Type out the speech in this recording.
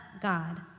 God